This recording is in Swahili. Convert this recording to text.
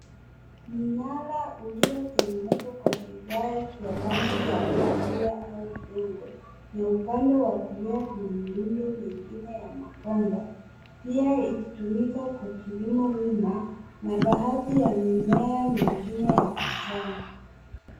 Mnara uliotengenezwa kwa vigae vya rangi ya kahawia au udongo, na upande wa kulia kuna miundo mingine ya makonda. Pia ikitumika kwa kilimo wima, na baadhi ya mimea mingine ya kijani.